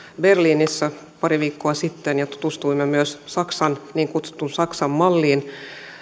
berliinissä pari viikkoa sitten ja tutustuimme myös niin kutsuttuun saksan malliin